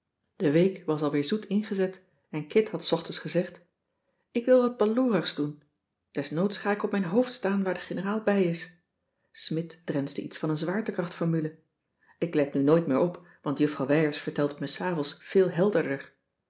de week was al weer zoet ingezet en kit had s ochtends gezegd ik wil wat baloorigs doen desnoods ga ik op mijn hoofd staan waar de generaal bij is smidt drensde iets van een zwaarte krachtformule ik let nu nooit meer op want juffrouw wijers vertelt het me s avonds veel helderder